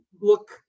look